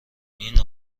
این